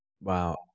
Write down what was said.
Wow